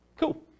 Cool